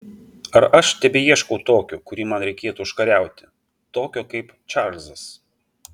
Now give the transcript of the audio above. ar aš tebeieškau tokio kurį man reikėtų užkariauti tokio kaip čarlzas